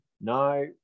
No